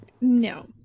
No